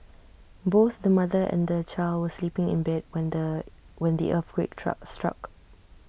both the mother and the child were sleeping in bed when the when the earthquake struck